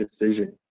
decision